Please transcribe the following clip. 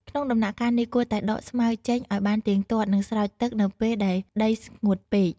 ក្នុងដំណាក់កាលនេះ គួរតែដកស្មៅចេញឱ្យបានទៀងទាត់ និងស្រោចទឹកនៅពេលដែលដីស្ងួតពេក។